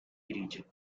region